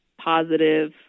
positive